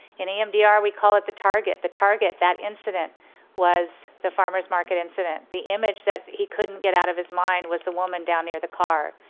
in emdr we call it the target. the target, that incident was the farmer's market incident. the image that he couldn't get out of his mind was the woman down near the car.